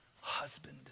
husband